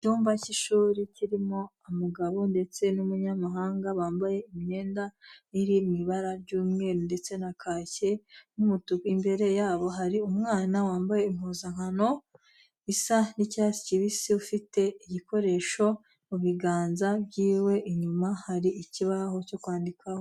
Icyumba cy'ishuri kirimo umugabo ndetse n'umunyamahanga bambaye imyenda iri mu ibara ry'umweru, ndetse na kaki, n'umutuku. Imbere yabo hari umwana wambaye impuzankano isa n'icyatsi kibisi ufite igikoresho mu biganza byiwe, inyuma hari ikibaho cyo kwandikaho.